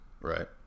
Right